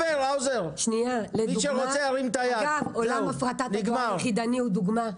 אגב, עולם הפרטה בדואר יחידני הוא דוגמה.